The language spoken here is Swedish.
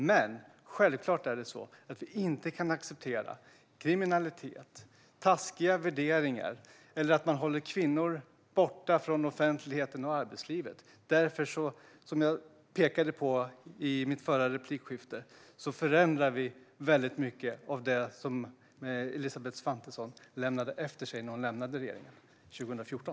Men självklart kan vi inte acceptera kriminalitet, taskiga värderingar eller att man håller kvinnor borta från offentligheten och arbetslivet. Därför förändrar vi, som jag pekade på i mitt förra replikskifte, mycket av det som Elisabeth Svantesson lämnade efter sig när hon lämnade regeringen 2014.